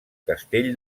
castell